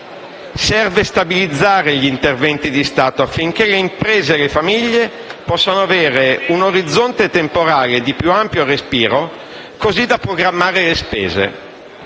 Serve stabilizzare gli interventi di Stato, affinché le imprese e le famiglie possano avere un orizzonte temporale di più ampio respiro, così da programmare le spese.